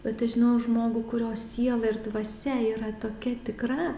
bet aš žinojau žmogų kurio siela ir dvasia yra tokia tikra